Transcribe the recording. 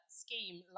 scheme